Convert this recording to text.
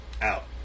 Out